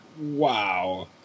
wow